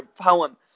Poem